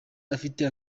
afite